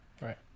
Right